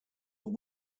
but